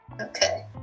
Okay